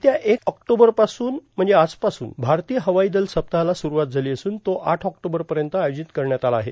येत्या एक ऑक्टोबर पासून म्हणजे आजपासून भारतीय हवाई दल सप्ताहाला सुरूवात झाली असून तो आठ ऑक्टोंबर पर्यत आयोजित करण्यात आला आहे